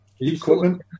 Equipment